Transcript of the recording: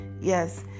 Yes